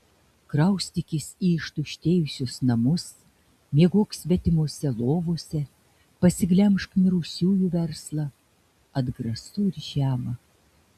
kraustykis į ištuštėjusius namus miegok svetimose lovose pasiglemžk mirusiųjų verslą atgrasu ir žema